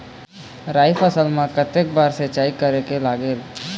राई फसल मा कतक बार सिचाई करेक लागेल?